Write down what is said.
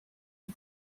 die